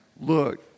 look